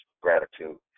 gratitude